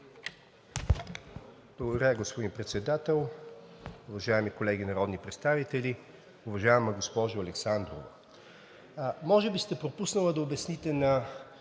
Благодаря, господин Председател. Уважаеми колеги народни представители, уважаема госпожо Александрова! Може би сте пропуснали да обясните на